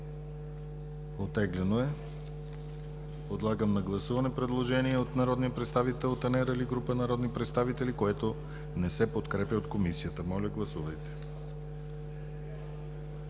Оттеглено е. Подлагам на гласуване предложение от народния представител Танер Али и група народни представители, което не се подкрепя от Комисията. Гласуваме